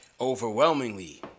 overwhelmingly